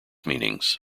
meanings